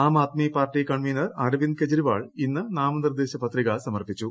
ആം Aadmi party convener Arvind Kejriwal ഇന്ന് നാമനിർദ്ദേശ പത്രിക സമർപ്പിക്കും